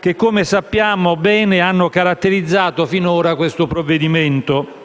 che - come sappiamo bene - hanno caratterizzato finora questo provvedimento.